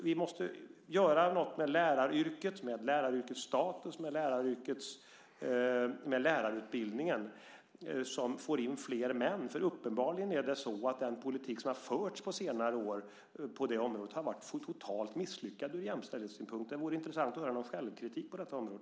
Vi måste göra något med läraryrket, med läraryrkets status och med lärarutbildningen så att man får in fler män. Uppenbarligen är det så att den politik som har förts på senare år på det området har varit totalt misslyckad från jämställdhetssynpunkt. Det vore intressant att höra någon självkritik på detta område.